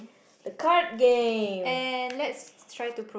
the card game